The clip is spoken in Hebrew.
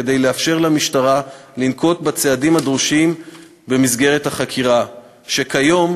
כדי לאפשר למשטרה לנקוט צעדים הדרושים במסגרת החקירה וכיום